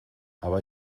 aber